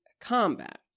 combat